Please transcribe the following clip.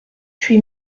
huit